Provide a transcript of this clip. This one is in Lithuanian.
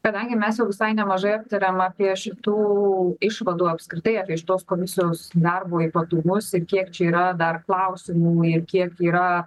kadangi mes jau visai nemažai aptarėm apie šitų išvadų apskritai apie šitos komisijos darbo ypatumus ir kiek čia yra dar klausimų ir kiek yra